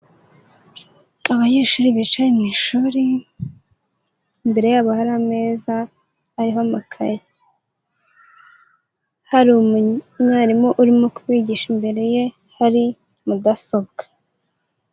Abanyeshuri bicaye mu ishuri, imbere yabo hari ameza ariho amakayi, hari umwarimu urimo kubigisha imbere ye hari mudasobwa.